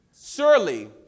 surely